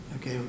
Okay